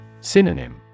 Synonym